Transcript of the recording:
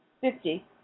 Fifty